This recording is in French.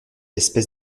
espèce